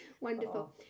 Wonderful